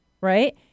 right